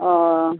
ও